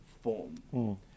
form